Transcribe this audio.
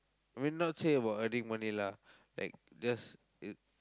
I mean not say about earning money lah like just